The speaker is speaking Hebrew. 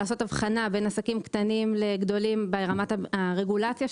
לעשות הבחנה בין עסקים קטנים לגדולים ברמת הרגולציה,